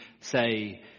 say